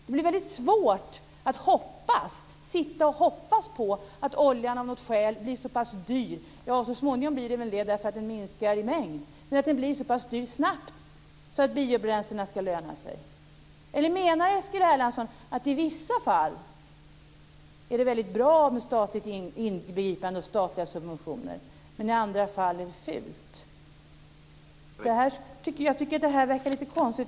Det blir också väldigt svårt att sitta och hoppas på att oljan av något skäl snabbt blir så pass dyr - så småningom blir det väl så eftersom oljan minskar i mängd - att det lönar sig med biobränslen. Eller menar Eskil Erlandsson att det i vissa fall är väldigt bra med statligt ingripande och statliga subventioner men att det i andra fall är fult? Det här verkar lite konstigt.